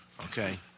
Okay